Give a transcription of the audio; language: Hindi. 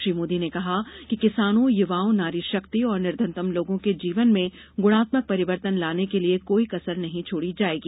श्री मोदी ने कहा कि किसानों युवाओं नारी शक्ति और निर्धनतम लोगों के जीवन में गुणात्मक परिवर्तन लाने के लिए कोई कसर नहीं छोड़ी जायेगी